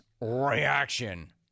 reaction